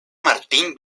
martín